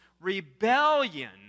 rebellion